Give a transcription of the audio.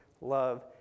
love